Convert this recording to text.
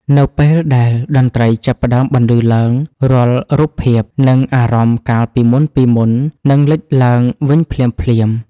នៅពេលដែលតន្ត្រីចាប់ផ្ដើមបន្លឺឡើង រាល់រូបភាព និងអារម្មណ៍កាលពីមុនៗនឹងលេចឡើងវិញភ្លាមៗ